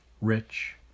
rich